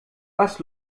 was